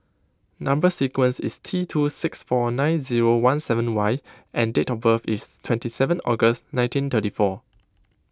Number Sequence is T two six four nine zero one seven Y and date of birth is twenty seven August nineteen thirty four